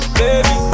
baby